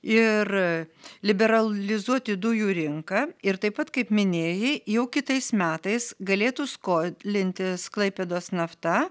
ir liberal lizuoti dujų rinką ir taip pat kaip minėjai jau kitais metais galėtų skolintis klaipėdos nafta